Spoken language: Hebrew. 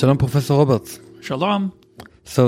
שלום פרופסור רוברט. שלום. אז